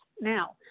Now